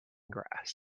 grass